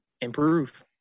improve